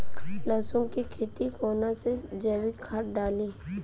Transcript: लहसुन के खेत कौन सा जैविक खाद डाली?